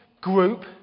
group